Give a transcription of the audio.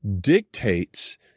dictates